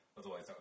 Otherwise